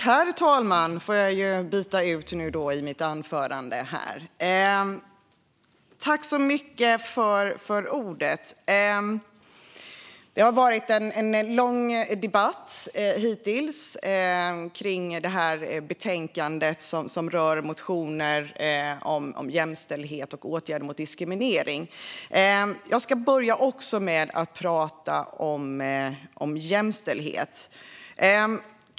Herr talman! Tack så mycket för ordet! Det har varit en lång debatt kring betänkandet som rör motioner om jämställdhet och åtgärder mot diskriminering. Jag ska börja med att prata om jämställdhet.